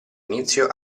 inizio